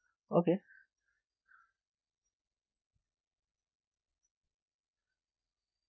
okay